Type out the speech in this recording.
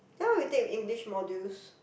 now we take English modules